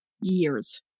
years